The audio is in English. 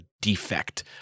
defect